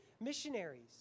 missionaries